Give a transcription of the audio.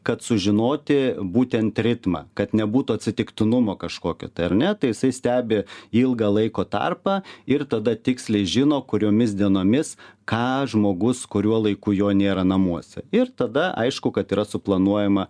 kad sužinoti būtent ritmą kad nebūtų atsitiktinumo kažkokio tai ar ne tai jisai stebi ilgą laiko tarpą ir tada tiksliai žino kuriomis dienomis ką žmogus kuriuo laiku jo nėra namuose ir tada aišku kad yra suplanuojama